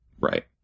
Right